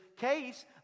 case